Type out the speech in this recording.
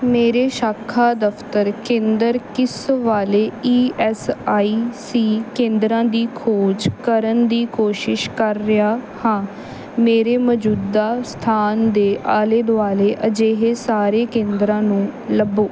ਮੇਰੇ ਸ਼ਾਖਾ ਦਫ਼ਤਰ ਕੇਂਦਰ ਕਿਸ ਵਾਲੇ ਈ ਐੱਸ ਆਈ ਸੀ ਕੇਂਦਰਾਂ ਦੀ ਖੋਜ ਕਰਨ ਦੀ ਕੋਸ਼ਿਸ਼ ਕਰ ਰਿਹਾ ਹਾਂ ਮੇਰੇ ਮੌਜੂਦਾ ਸਥਾਨ ਦੇ ਆਲੇ ਦੁਆਲੇ ਅਜਿਹੇ ਸਾਰੇ ਕੇਂਦਰਾਂ ਨੂੰ ਲੱਭੋ